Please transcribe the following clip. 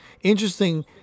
interesting